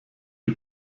die